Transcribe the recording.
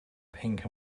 pink